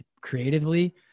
creatively